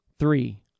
Three